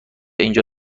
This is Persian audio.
اینجا